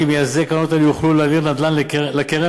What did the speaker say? כי מייסדי הקרנות האלה יוכלו להעביר נדל"ן לקרן